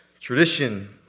Tradition